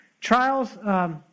trials